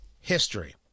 history